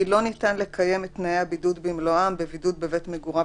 כי לא ניתן לקיים את תנאי הבידוד במלואם בבידוד בבית מגוריו